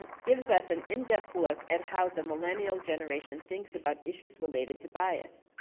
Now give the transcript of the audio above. gives us an in-depth look at how the millennial generation thinks about issues related to bias.